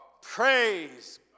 praise